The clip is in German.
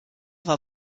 war